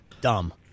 Dumb